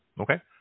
okay